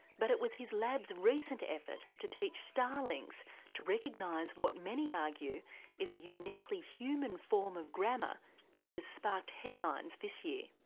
but it was his lab's recent effort to teach starlings to recognise what many argue is a uniquely human form of grammar that has sparked headlines this year.